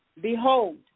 Behold